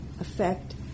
affect